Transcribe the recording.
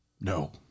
No